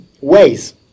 ways